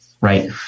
right